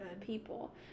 people